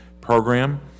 program